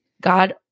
God